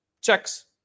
checks